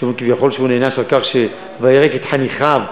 שאומרים כביכול שהוא נענש על "וירק את חניכיו",